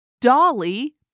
Dolly